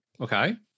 Okay